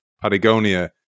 Patagonia